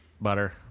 butter